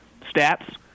stats